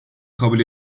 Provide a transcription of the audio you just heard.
kabul